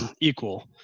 equal